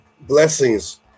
Blessings